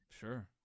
Sure